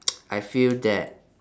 I feel that